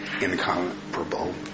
incomparable